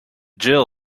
jill